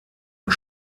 und